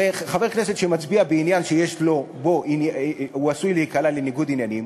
הרי חבר כנסת שמצביע בעניין שבו הוא עשוי להיקלע לניגוד עניינים,